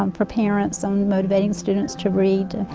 um for parents on motivating students to read,